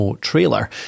trailer